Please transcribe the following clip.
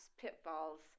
pitfalls